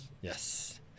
Yes